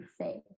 say